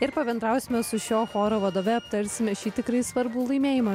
ir pabendrausime su šio choro vadove aptarsime šį tikrai svarbų laimėjimą